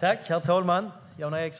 Herr talman! Det